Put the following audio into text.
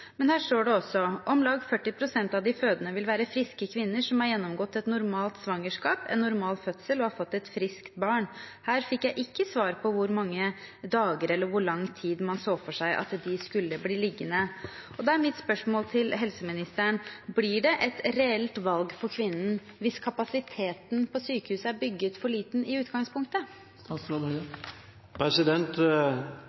Men der står det også: «Omlag 40 pst. av de fødende vil være friske kvinner som har gjennomgått et normalt svangerskap, en normal fødsel og har fått et friskt barn.» Her fikk jeg ikke svar på hvor mange dager eller hvor lang tid man så for seg at de skulle bli liggende. Da er mitt spørsmål til helseministeren: Blir det et reelt valg for kvinnen hvis kapasiteten på sykehuset er bygget for liten i utgangspunktet?